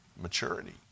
maturity